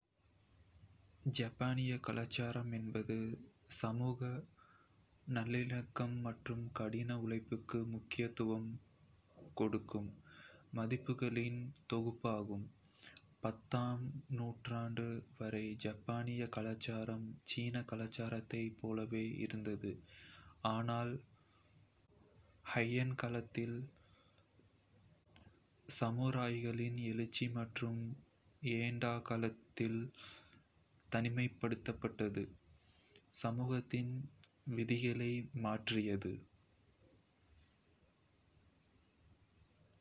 ஜப்பானிய கலாச்சாரம் என்பது சமூக நல்லிணக்கம் மற்றும் கடின உழைப்புக்கு முக்கியத்துவம் கொடுக்கும் மதிப்புகளின் தொகுப்பாகும். 10 ஆம் நூற்றாண்டு வரை, ஜப்பானிய கலாச்சாரம் சீன கலாச்சாரத்தைப் போலவே இருந்தது, ஆனால் ஹெய்யன் காலத்தில் சாமுராய்களின் எழுச்சி மற்றும் எடோ காலத்தில் தனிமைப்படுத்தப்பட்டது சமூகத்தின் விதிகளை மாற்றியது.